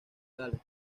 gales